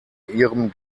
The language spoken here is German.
ihrem